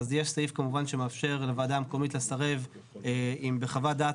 יש סעיף שמאפשר לוועדה המקומית לסרב אם בחוות דעת